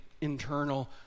internal